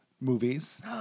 movies